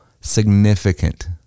significant